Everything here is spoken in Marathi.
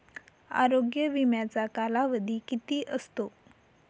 आरोग्य विम्याचा कालावधी किती असतो?